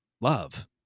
love